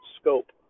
scope